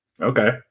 Okay